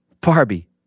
Barbie